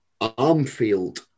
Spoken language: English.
Armfield